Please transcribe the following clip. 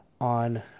on